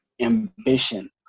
ambition